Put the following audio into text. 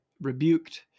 rebuked